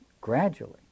gradually